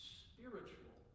spiritual